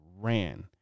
ran